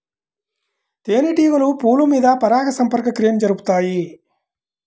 తేనెటీగలు పువ్వుల మీద పరాగ సంపర్క క్రియను జరుపుతాయి